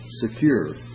secure